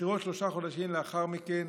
ובחירות שלושה חודשים לאחר מכן.